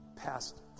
passed